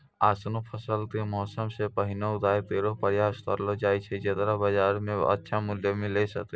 ऑसनो फसल क मौसम सें पहिने उगाय केरो प्रयास करलो जाय छै जेकरो बाजार म अच्छा मूल्य मिले सके